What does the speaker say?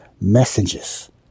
messages